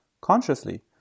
consciously